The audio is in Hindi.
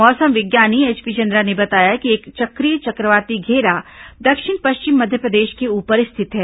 मौसम विज्ञानी एचपी चंद्रा ने बताया कि एक चक्रीय चक्रवाती घेरा दक्षिण पश्चिम मध्यप्रदेश के ऊपर स्थित है